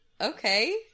Okay